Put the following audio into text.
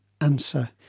answer